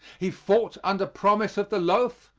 he fought under promise of the loaf,